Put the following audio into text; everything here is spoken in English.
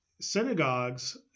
Synagogues